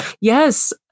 Yes